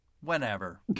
whenever